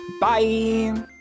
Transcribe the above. Bye